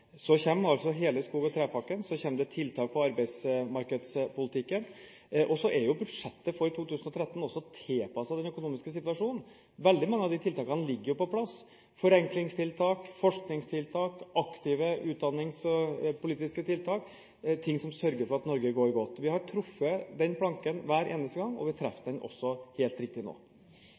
Hele skog- og trepakken kommer. Det kommer tiltak innenfor arbeidsmarkedspolitikken. Budsjettet for 2013 er jo også tilpasset den økonomiske situasjonen. Veldig mange av tiltakene er på plass – forenklingstiltak, forskningstiltak, aktive utdanningspolitiske tiltak. Dette er noe som sørger for at Norge går godt. Vi har truffet denne planken hver eneste gang, og vi treffer den helt riktig også nå.